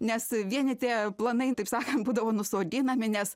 nes vieni tie planai taip sakant būdavo nusodinami nes